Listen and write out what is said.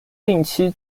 定期